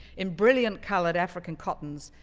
in brilliant colored african cottons,